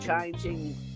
changing